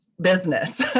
business